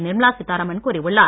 நிர்மலா சீத்தாராமன் கூறியுள்ளார்